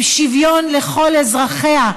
עם שוויון לכל אזרחיה,